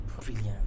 brilliant